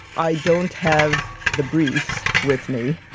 i don't have the briefs with me,